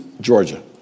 Georgia